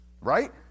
right